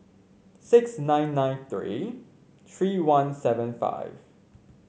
six nine nine three three one seven five